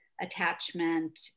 attachment